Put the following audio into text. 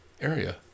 area